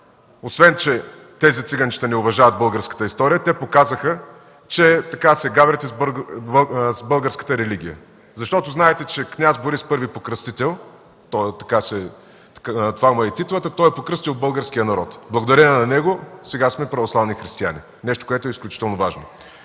Освен че тези циганчета не уважават българската история, те показаха, че така се гаврят и с българската религия, защото знаете, че Княз Борис I Покръстител – това е титлата му, е покръстил българския народ. Благодарение на него сега сме православни християни – нещо, което е изключително важно.